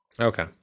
Okay